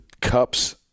cups